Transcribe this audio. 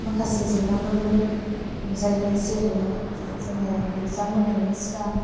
माखासे जेंनाफोरबो नुजायो जेरैहाय जोङो एग्जाम होनायनि सिगां